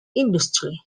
industry